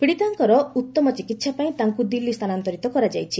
ପୀଡ଼ିତାଙ୍କର ଉତ୍ତମ ଚିକିତ୍ସା ପାଇଁ ତାଙ୍କୁ ଦିଲ୍ଲୀ ସ୍ଥାନାନ୍ତରିତ କରାଯାଇଛି